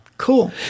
Cool